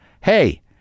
hey